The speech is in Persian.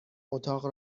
اتاق